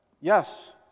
yes